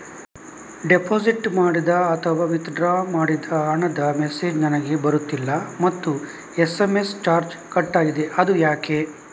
Deposit ಮಾಡಿದ ಅಥವಾ withdraw ಮಾಡಿದ ಹಣದ ಮೆಸೇಜ್ ನನಗೆ ಬರುತ್ತಿಲ್ಲ ಮತ್ತು ಎಸ್.ಎಂ.ಎಸ್ ಚಾರ್ಜ್ ಕಟ್ಟಾಗಿದೆ ಅದು ಯಾಕೆ?